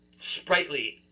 sprightly